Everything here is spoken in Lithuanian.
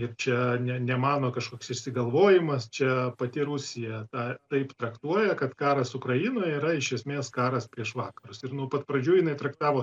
ir čia ne ne mano kažkoks išsigalvojimas čia pati rusija tą taip traktuoja kad karas ukrainoje yra iš esmės karas prieš vakarus ir nuo pat pradžių jinai traktavo